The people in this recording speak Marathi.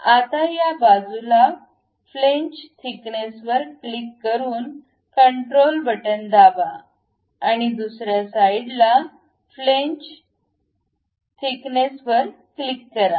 आता या बाजूला फ्लॅंज थिकनेस वर क्लिक करून कंट्रोल बटन दाबा आणि दुसऱ्या साईडला फ्लॅंज थिकनेस वर क्लिक करा